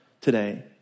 today